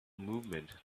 movement